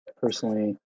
personally